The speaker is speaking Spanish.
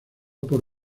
por